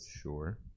sure